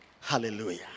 Hallelujah